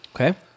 okay